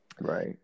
right